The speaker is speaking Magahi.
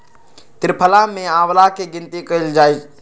त्रिफला में आंवला के गिनती कइल जाहई